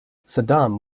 saddam